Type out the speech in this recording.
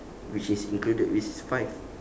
which is included which is five